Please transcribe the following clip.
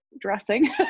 dressing